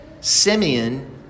Simeon